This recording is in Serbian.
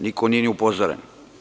Niko nije ni upozoren.